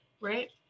right